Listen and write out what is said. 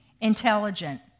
intelligent